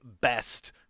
best